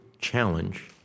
challenge